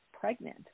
Pregnant